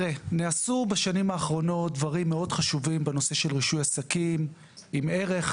בשנים האחרונות נעשו דברים מאוד חשובים בנושא רישוי עסקים עם ערך,